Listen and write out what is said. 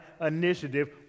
initiative